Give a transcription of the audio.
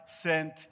sent